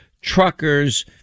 truckers